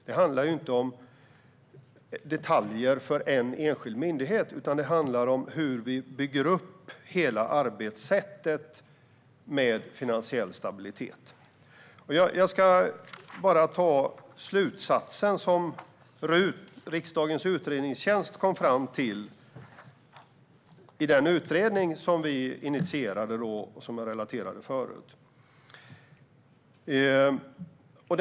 Det handlar inte om detaljer för en enskild myndighet utan om hur vi bygger upp ett helt arbetssätt med finansiell stabilitet. Jag vill läsa upp slutsatsen från den utredning som vi initierade och som gjordes av riksdagens utredningstjänst, RUT. Jag nämnde den tidigare.